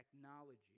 technology